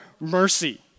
mercy